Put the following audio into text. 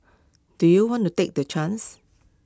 do you want to take the chance